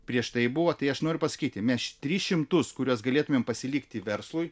prieš tai buvo tai aš noriu pasakyti mes tris šimtus kuriuos galėtumėme pasilikti verslui